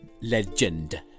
LEGEND